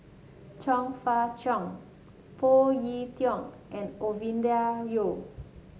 Chong Fah Cheong Phoon Yew Tien and Ovidia Yu